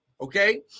okay